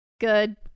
Good